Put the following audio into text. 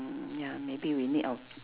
mm ya maybe we need our